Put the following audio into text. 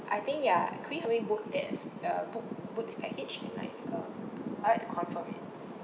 I think ya could we help me book that's uh book book this package and like uh I would like to confirm it